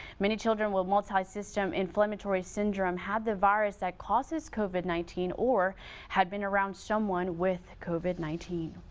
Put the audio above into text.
many children with multisystem inflammatory syndrome. had the virus that causes covid nineteen, or had been around someone with covid nineteen,